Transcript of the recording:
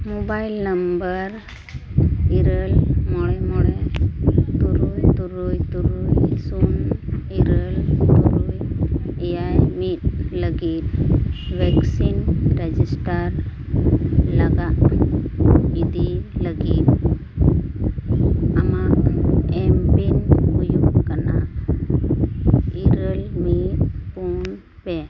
mobile number ᱤᱨᱟᱹᱞ ᱢᱚᱬᱮ ᱢᱚᱬᱮ ᱛᱩᱨᱩᱭ ᱛᱩᱨᱩᱭ ᱛᱩᱨᱩᱭ ᱥᱩᱱ ᱤᱨᱟᱹᱞ ᱛᱩᱨᱩᱭ ᱮᱭᱟᱭ ᱢᱤᱫ ᱞᱟᱹᱜᱤᱫ ᱵᱷᱮᱠᱥᱤᱱ ᱨᱮᱡᱤᱥᱴᱟᱨ ᱪᱟᱞᱟᱣ ᱤᱫᱤ ᱞᱟᱹᱜᱤᱫ ᱟᱢᱟᱜ ᱮᱢ ᱯᱤᱱ ᱦᱩᱭᱩᱜ ᱠᱟᱱᱟ ᱤᱨᱟᱹᱞ ᱢᱤᱫ ᱯᱩᱱ ᱯᱮ